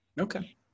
Okay